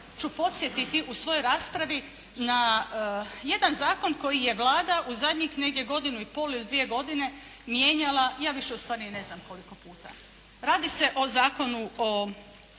ću podsjetiti u svojoj raspravi na jedan zakon koji je Vlada u zadnjih negdje godinu i pol ili dvije godine mijenjala, ja više ustvari ni ne znam koliko puta. Radi se o Zakonu o